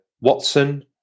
Watson